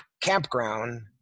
campground